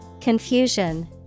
Confusion